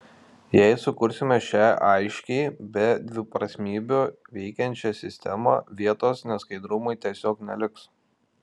jei sukursime šią aiškiai be dviprasmybių veikiančią sistemą vietos neskaidrumui tiesiog neliks